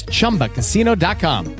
Chumbacasino.com